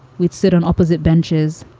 we'd sit on opposite benches,